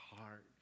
heart